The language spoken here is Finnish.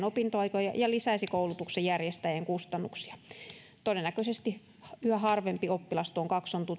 opintoaikoja ja lisäisi koulutuksen järjestäjien kustannuksia todennäköisesti yhä harvempi oppilas tuon